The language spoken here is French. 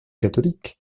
catholiques